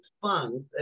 funds